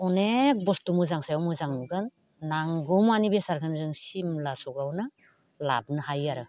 अनेक बस्थु मोजां सायाव मोजां नुगोन नांगौ मानि बेसादखौनो जों सिमला स'कावनो लाबोनो हायो आरो